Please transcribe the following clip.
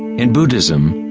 in buddhism,